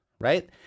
right